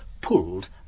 pulled